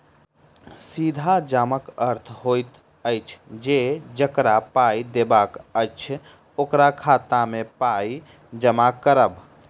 सीधा जमाक अर्थ होइत अछि जे जकरा पाइ देबाक अछि, ओकरा खाता मे पाइ जमा करब